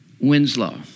Winslow